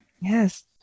Yes